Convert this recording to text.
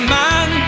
man